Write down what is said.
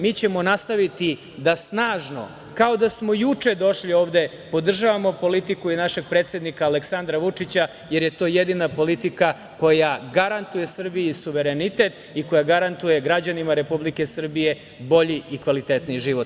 Mi ćemo nastaviti da snažno, kao da smo juče došli ovde, podržavamo politiku i našeg predsednika Aleksandra Vučića, jer je to jedina politika koja garantuje Srbiji suverenitet i koja garantuje građanima Republike Srbije bolji i kvalitetniji život.